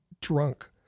drunk